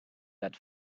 that